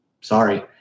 sorry